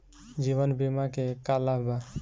जीवन बीमा के का लाभ बा?